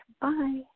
Bye